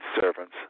servants